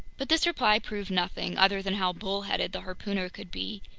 but this reply proved nothing, other than how bullheaded the harpooner could be.